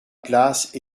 place